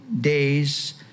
days